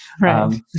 Right